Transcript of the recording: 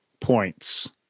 points